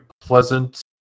pleasant